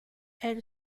elle